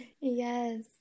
Yes